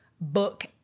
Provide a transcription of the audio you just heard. book